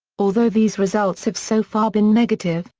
although these results have so far been negative,